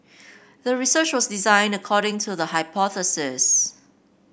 the research was designed according to the hypothesis